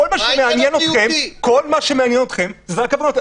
כל מה שמעניין אתכם זה רק הפגנות,